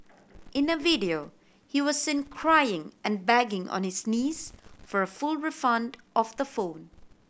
in a video he was seen crying and begging on his knees for a full refund of the phone